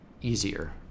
easier